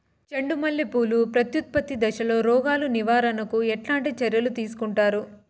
చెండు మల్లె పూలు ప్రత్యుత్పత్తి దశలో రోగాలు నివారణకు ఎట్లాంటి చర్యలు తీసుకుంటారు?